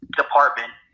department